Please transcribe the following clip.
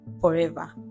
forever